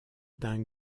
d’un